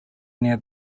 near